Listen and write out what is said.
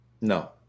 No